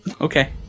Okay